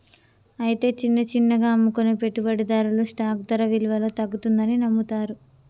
అయితే చిన్న చిన్నగా అమ్ముకునే పెట్టుబడిదారులు స్టాక్ ధర విలువలో తగ్గుతుందని నమ్ముతారు